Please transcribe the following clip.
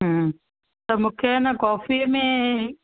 त मूंखे आहे न कॉफीअ में